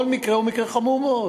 כל מקרה הוא מקרה חמור מאוד.